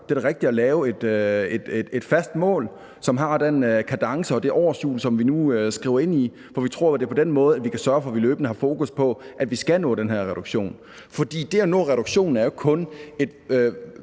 Det er da rigtigt at sætte et fast mål, som har den kadence og det årshjul, som vi nu skriver ind. For vi tror jo, at det er på den måde, vi kan sørge for, at vi løbende har fokus på, at vi skal nå den her reduktion. For det at nå reduktionen er jo ikke